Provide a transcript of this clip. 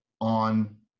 on